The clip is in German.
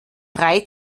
drei